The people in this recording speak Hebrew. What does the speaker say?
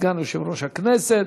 סגן יושב-ראש הכנסת.